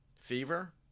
fever